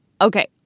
Okay